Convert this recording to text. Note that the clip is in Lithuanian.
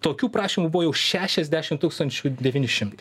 tokių prašymų buvo jau šešiasdešim tūkstančių devyni šimtai